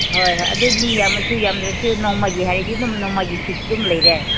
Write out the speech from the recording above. ꯍꯣꯏ ꯍꯣꯏ ꯑꯗꯨꯗꯤ ꯌꯥꯝꯃꯁꯨ ꯌꯥꯝꯗ꯭ꯔꯁꯨ ꯅꯣꯡꯃꯒꯤ ꯍꯥꯏꯔꯗꯤ ꯑꯗꯨꯝ ꯅꯪꯃꯒꯤ ꯐꯤꯛꯁ ꯑꯗꯨꯝ ꯂꯩꯔꯦ